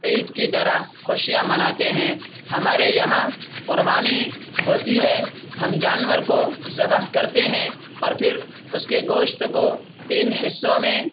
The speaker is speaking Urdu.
عید کی طرح خوشیاں مناتے ہیں ہمارے یہاں قربانی ہوتی ہے ہم جانور کو ذبح کرتے ہیں اور پھر اس کے گوشت کو تین حصوں میں